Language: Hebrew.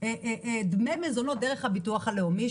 דמי מזונות דרך הביטוח הלאומי,